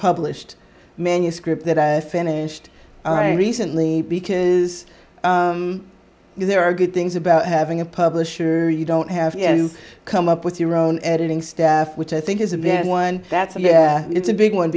published manuscript that i finished recently because there are good things about having a publisher you don't have to come up with your own editing staff which i think is a bad one that's yeah it's a big one